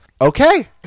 okay